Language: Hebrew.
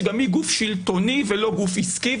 שגם היא גוף שלטוני ולא גוף עסקי,